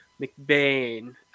McBain